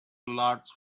large